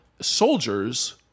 soldiers